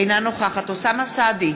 אינה נוכחת אוסאמה סעדי,